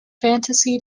fantasy